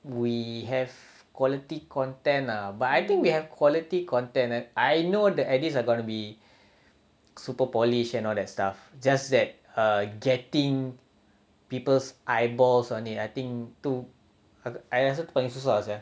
we have quality content lah but I think we have quality content eh I know the edits are gonna be super polished and all that stuff just that err getting people's eyeballs on it I think too I I rasa itu paling susah lah sia